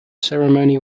ceremony